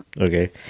Okay